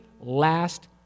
last